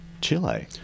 Chile